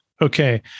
Okay